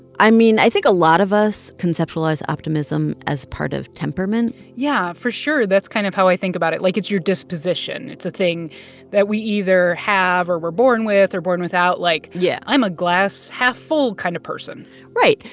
i mean, i think a lot of us conceptualize optimism as part of temperament yeah, for sure. that's kind of how i think about it, like it's your disposition. it's a thing that we either have or we're born with or born without, like. yeah. i'm a glass half full kind of person right,